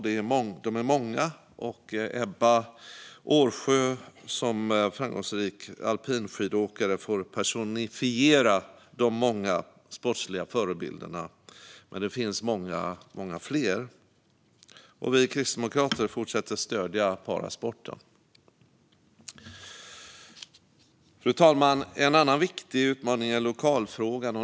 De är många, och Ebba Årsjö får som framgångsrik alpinskidåkare personifiera de många sportsliga förebilderna. Men det finns många, många fler. Vi kristdemokrater fortsätter att stödja parasporten. Fru talman! En annan viktig utmaning är lokalfrågan.